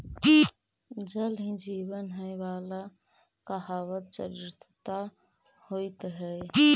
जल ही जीवन हई वाला कहावत चरितार्थ होइत हई